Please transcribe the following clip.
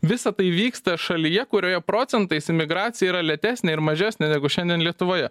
visa tai vyksta šalyje kurioje procentais imigracija yra lėtesnė ir mažesnė negu šiandien lietuvoje